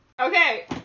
Okay